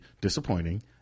disappointing